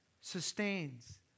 sustains